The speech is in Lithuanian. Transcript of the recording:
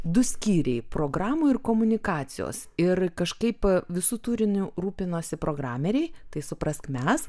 du skyriai programų ir komunikacijos ir kažkaip visu turiniu rūpinosi programeriai tai suprask mes